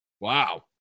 Wow